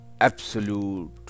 absolute